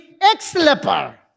ex-leper